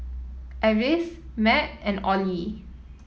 Avis Matt and Ollie